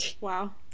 Wow